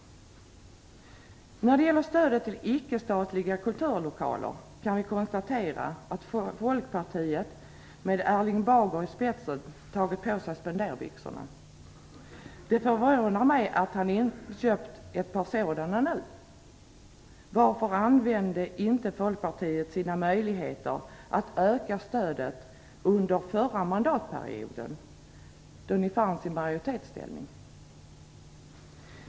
När det gäller stödet till icke-statliga kulturlokaler kan vi konstatera att Folkpartiet med Erling Bager i spetsen har tagit på sig spenderbyxorna. Det förvånar mig att han inköpt ett par sådana nu. Varför använde inte ni folkpartister era möjligheter att öka stödet under förra mandatperioden, då ni var i majoritetsställning?